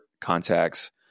contacts